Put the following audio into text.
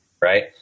Right